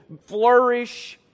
flourish